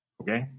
Okay